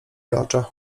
oczach